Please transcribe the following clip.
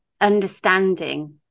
understanding